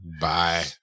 Bye